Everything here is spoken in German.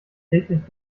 täglich